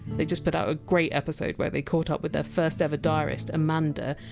they just put out a great episode where they caught up with their first ever diarist, amanda.